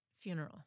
funeral